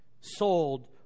sold